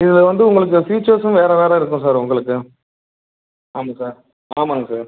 இதில் வந்து உங்களுக்கு ஃப்யூச்சர்ஸும் வேறு வேறு இருக்கும் சார் உங்களுக்கு ஆமாம் சார் ஆமாங்க சார்